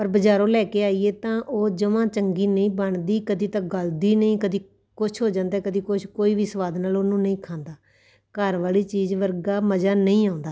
ਪਰ ਬਜ਼ਾਰੋਂ ਲੈ ਕੇ ਆਈਏ ਤਾਂ ਉਹ ਜਮਾਂ ਚੰਗੀ ਨਹੀਂ ਬਣਦੀ ਕਦੇ ਤਾਂ ਗਲਦੀ ਨਹੀਂ ਕਦੇ ਕੁਛ ਹੋ ਜਾਂਦਾ ਕਦੇ ਕੁਛ ਕੋਈ ਵੀ ਸਵਾਦ ਨਾਲ ਉਹਨੂੰ ਨਹੀਂ ਖਾਂਦਾ ਘਰ ਵਾਲੀ ਚੀਜ਼ ਵਰਗਾ ਮਜ਼ਾ ਨਹੀਂ ਆਉਂਦਾ